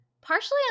partially